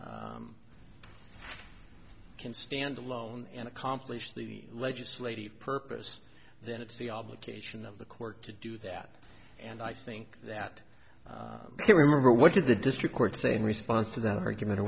statute can stand alone and accomplish the legislative purpose then it's the obligation of the court to do that and i think that remember what did the district court say in response to that argument or